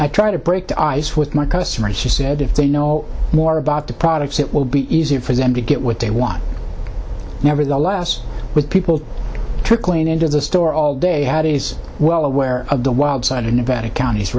i try to break the ice with my customers she said if they know more about the products it will be easier for them to get what they want nevertheless with people trickling into the store all day had is well aware of the wild side of nevada counties